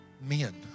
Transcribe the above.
men